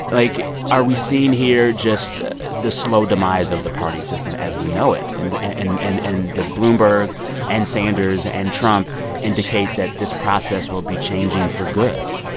like, are we seeing here just the slow demise of the party system as we know it? and and and and does bloomberg and sanders and trump indicate that this process will be changing for good?